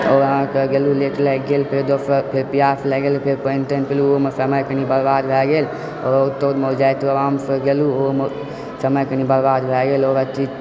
आओर अहाँकेँ गेलहुँ लेट लागि गेल फेर दोसर फेर पिआस लागि गेल फेर पानि तानि पिलहुँ ओइमे समय कनि बर्बाद भए गेल रौद तौदमे आरामसँ गेलहुँ ओहोमे समय कनी बर्बाद भए गेल आओर